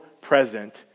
present